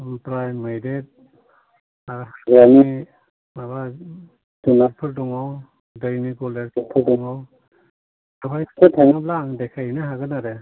ओमफ्राय मैदेर आरो माबा जुनारफोर दङ दैनि गोलेरफोरबो दङ बेवहाय थाङोबा आं देखायहैनो हागोन आरो